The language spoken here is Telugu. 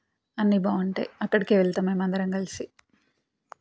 అన్నీ బాగుంటాయి అక్కడికే వెళ్తాం మేమందరం కలిసి